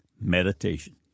meditation